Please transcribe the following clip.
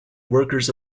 workers